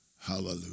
Hallelujah